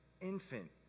infant